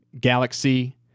galaxy